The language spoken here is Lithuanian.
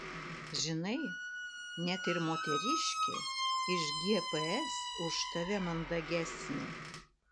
žinai net ir moteriškė iš gps už tave mandagesnė